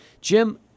Jim